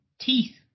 teeth